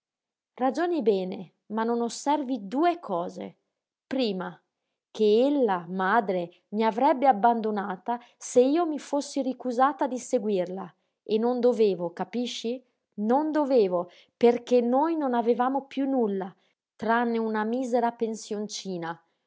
ragioni bene ma non osservi due cose prima che ella madre mi avrebbe abbandonata se io mi fossi ricusata di seguirla e non dovevo capisci non dovevo perché noi non avevamo piú nulla tranne una misera pensioncina